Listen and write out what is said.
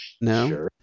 No